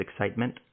excitement